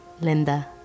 Linda